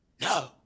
No